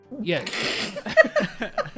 Yes